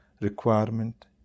requirement